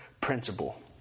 principle